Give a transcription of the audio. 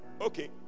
okay